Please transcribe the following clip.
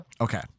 Okay